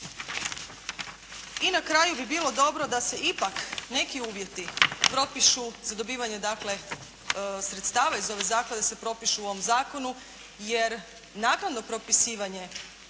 I na kraju bi bilo dobro da se ipak neki uvjeti propišu, za dobivanje sredstava iz ove zaklade, da se propišu u ovom zakonu jer naknadno propisivanje